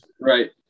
Right